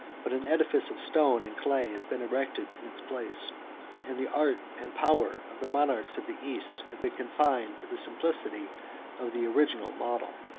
but an edifice of stone and clay has been erected in its place and the art and power of the monarchs of the east have been confined to the simplicity of the original model.